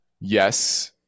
yes